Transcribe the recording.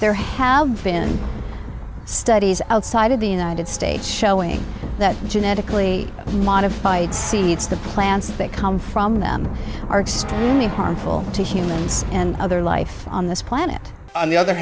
there have been studies outside of the united states showing that genetically modified seeds the plants that come from them are extremely harmful to humans and other life on this planet on the other